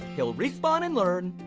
he'll re-spawn and learn.